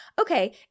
Okay